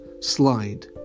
slide